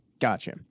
Gotcha